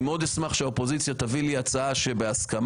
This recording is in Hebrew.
אני מאוד אשמח שהאופוזיציה תביא לי הצעה בהסכמה.